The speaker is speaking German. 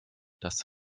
das